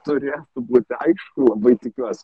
turi būti aišku labai tikiuosi